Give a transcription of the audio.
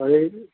હવે એ